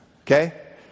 Okay